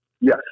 Yes